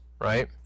right